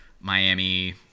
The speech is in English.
Miami